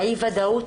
והאי-ודאות,